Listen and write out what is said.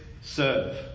serve